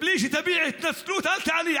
בלי שתביעי התנצלות, אל תעלי.